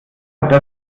das